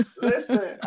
listen